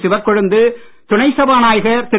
சிவக்கொழுந்து துணை சபாநாயகர் திரு